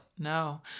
No